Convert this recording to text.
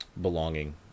belonging